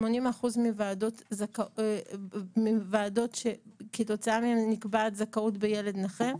80% מוועדות שכתוצאה מהן נקבעת זכאות בילד נכה,